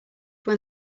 when